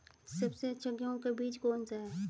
सबसे अच्छा गेहूँ का बीज कौन सा है?